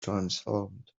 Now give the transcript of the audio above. transformed